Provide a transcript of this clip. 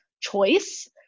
choice